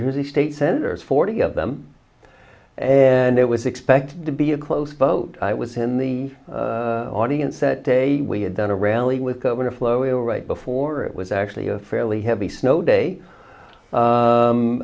jersey state senators forty of them and it was expected to be a close vote was in the audience that day we had done a rally with governor flow right before it was actually a fairly heavy snow day